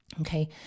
okay